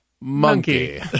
monkey